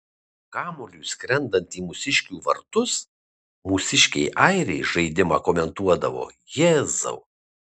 kamuoliui skrendant į mūsiškių vartus mūsiškiai airiai žaidimą komentuodavo jėzau